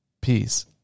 Peace